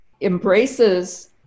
embraces